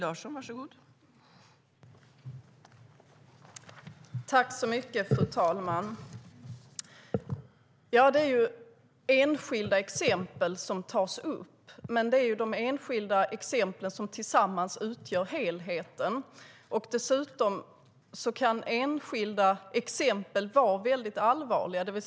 Fru talman! Ja, det är enskilda exempel som tas upp, men det är de enskilda exemplen som tillsammans utgör helheten. Dessutom kan enskilda exempel vara väldigt allvarliga.